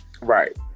Right